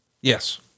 Yes